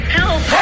help